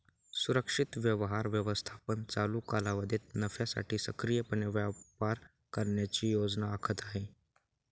सुरक्षित व्यवहार व्यवस्थापन चालू कालावधीत नफ्यासाठी सक्रियपणे व्यापार करण्याची योजना आखत आहे